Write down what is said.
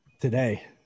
today